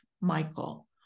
Michael